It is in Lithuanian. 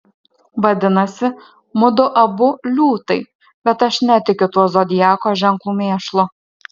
vadinasi mudu abu liūtai bet aš netikiu tuo zodiako ženklų mėšlu